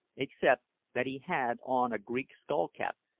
except that he had on a greek skull-cap,